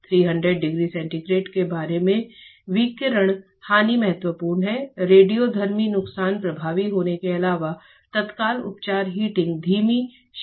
300 degree centigrade के बारे में विकिरण हानि महत्वपूर्ण है रेडियोधर्मी नुकसान प्रभावी होने के अलावा तत्काल उपचार हीटिंग धीमी शीतलन है